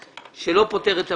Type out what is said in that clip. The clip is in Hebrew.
מה שלא פותר את הבעיה.